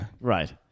Right